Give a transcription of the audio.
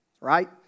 Right